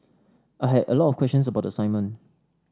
I had a lot of questions about the assignment